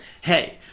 Hey